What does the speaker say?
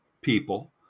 people